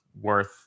worth